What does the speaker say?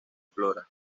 flora